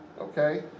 Okay